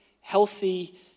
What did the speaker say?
healthy